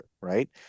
right